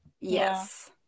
Yes